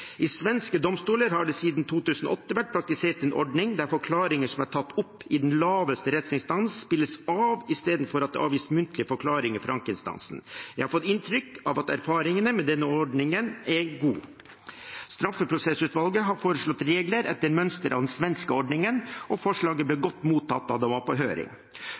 Svenske domstoler har siden 2008 praktisert en ordning der forklaringer som er tatt opp i den laveste rettsinstansen, spilles av istedenfor at muntlige forklaringer avgis i ankeinstansen. Jeg har fått inntrykk av at erfaringene med denne ordningen er gode. Straffeprosessutvalget har foreslått regler etter mønster av den svenske ordningen, og forslaget ble godt mottatt da det var på høring.